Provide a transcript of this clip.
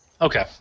Okay